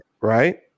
Right